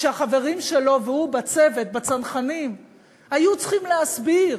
שהחברים שלו והוא בצוות בצנחנים היו צריכים להסביר